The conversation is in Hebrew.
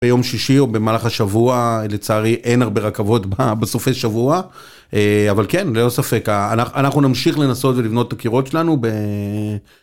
ביום שישי או במהלך השבוע לצערי אין הרבה רכבות בסופי השבוע, אבל כן, ללא ספק, אנחנו נמשיך לנסות ולבנות את הקירות שלנו ב...